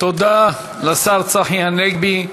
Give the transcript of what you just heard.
תודה לשר צחי הנגבי.